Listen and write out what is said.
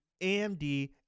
AMD